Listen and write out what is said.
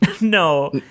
No